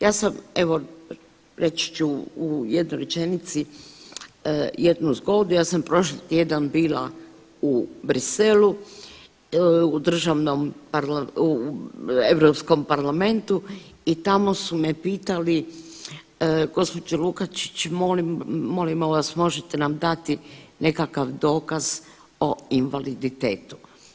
Ja sam evo reći ću u jednoj rečenici jednu zgodu, ja sam prošli tjedan bila u Bruxellesu u Europskom parlamentu i tamo su me pitali, gospođo Lukačić molim vas možete nam dati nekakav dokaz o invaliditetu.